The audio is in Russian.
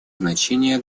значение